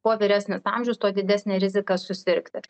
kuo vyresnis amžius tuo didesnė rizika susirgti